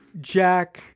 Jack